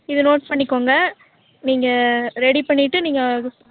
இது நோட் பண்ணிக்கோங்க நீங்கள் ரெடி பண்ணிவிட்டு நீங்கள்